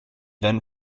then